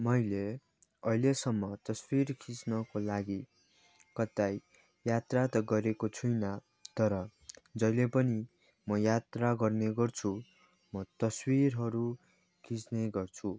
मैले अहिलेसम्म तस्विर खिच्नको लागि कतै यात्रा त गरेको छुइनँ तर जहिले पनि म यात्रा गर्ने गर्छु म तस्विरहरू खिच्ने गर्छु